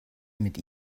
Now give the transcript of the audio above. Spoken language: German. mit